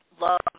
love